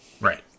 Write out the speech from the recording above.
Right